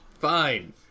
Fine